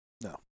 No